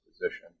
position